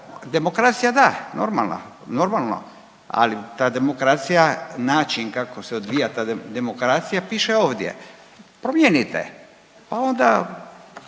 demokracija da normalno, normalno. Ali ta demokracija, način kako se odvija ta demokracija piše ovdje. Promijenite pa onda